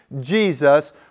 Jesus